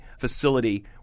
facility